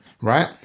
Right